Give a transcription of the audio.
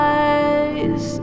eyes